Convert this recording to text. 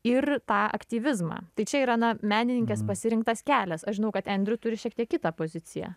ir tą aktyvizmą tai čia yra na menininkės pasirinktas kelias aš žinau kad andrew turi šiek tiek kitą poziciją